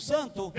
Santo